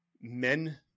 men